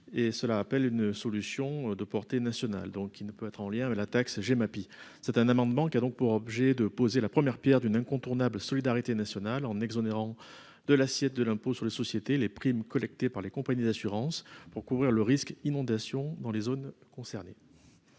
cela appelle une solution de portée nationale, donc il ne peut être en lien avec la taxe Gemapi c'est un amendement qui a donc pour objet de poser la première Pierre d'une incontournable solidarité nationale en exonérant de l'assiette de l'impôt sur les sociétés, les primes collectées par les compagnies d'assurance pour couvrir le risque inondation dans les zones concernées.